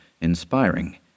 inspiring